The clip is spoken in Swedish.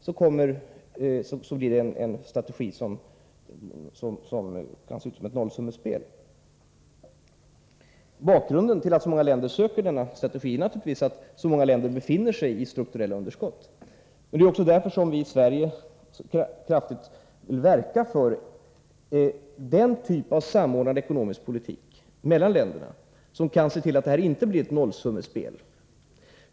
Bakgrunden till att ett så stort antal länder söker sig till denna strategi är naturligtvis att så många länder har strukturella underskott. Det är också därför som vi i Sverige så kraftigt vill verka för den typ av samordnad ekonomisk politik mellan länderna som kan se till att det inte blir ett nollsummespel.